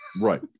Right